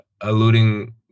alluding